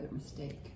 mistake